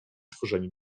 tworzeniu